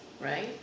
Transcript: right